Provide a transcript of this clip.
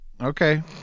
Okay